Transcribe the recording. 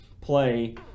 play